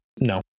no